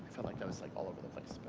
feel like it was like all over the place